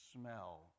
smell